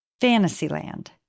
fantasyland